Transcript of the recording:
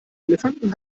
elefanten